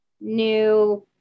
new